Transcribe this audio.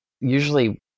Usually